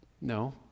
No